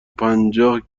پنجاه